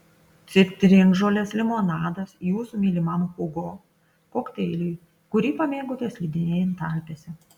citrinžolės limonadas jūsų mylimam hugo kokteiliui kurį pamėgote slidinėjant alpėse